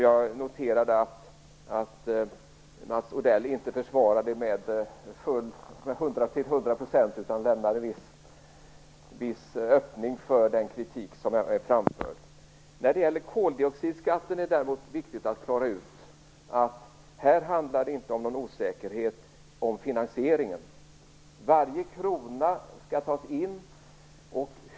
Jag noterade att Mats Odell inte försvarade det till 100 % utan lämnade en viss öppning för den kritik som är framförd. Det är viktigt att klara ut att det inte handlar om någon osäkerhet om finansieringen när det gäller koldioxidskatten. Varje krona skall tas in.